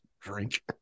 drink